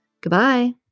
Goodbye